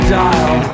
dial